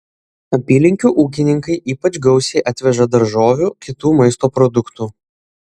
apylinkių ūkininkai ypač gausiai atveža daržovių kitų maisto produktų